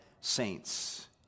saints